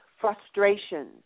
frustration